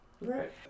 right